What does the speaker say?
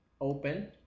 Open